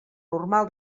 normal